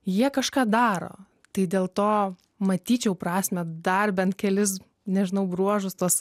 jie kažką daro tai dėl to matyčiau prasmę dar bent kelis nežinau bruožus tuos